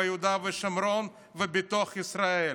ביהודה ושומרון ובתוך ישראל.